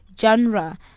genre